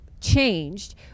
changed